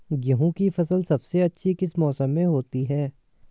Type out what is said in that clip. गेंहू की फसल सबसे अच्छी किस मौसम में होती है?